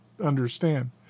understand